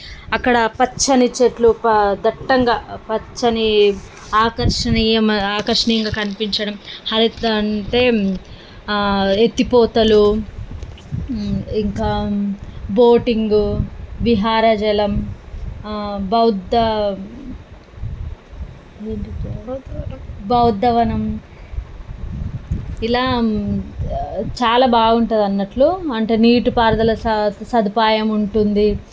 అక్కడ పచ్చని చెట్లు దట్టంగా పచ్చని ఆకర్షణీయం ఆకర్షణీయంగా కనిపించడం అదేంటంటే ఎత్తిపోతలు ఇంకా బోటింగ్ విహారజలం బౌద్ధ బౌద్ధవనం ఇలా చాలా బాగుంటుంది అన్నట్లు అంటే నీటిపారుదల స సదుపాయం ఉంటుంది